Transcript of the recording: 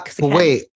Wait